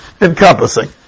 encompassing